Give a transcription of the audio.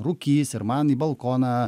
rūkys ir man į balkoną